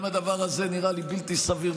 גם הדבר הזה נראה לי בלתי סביר,